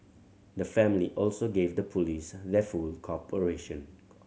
the family also give the police their full cooperation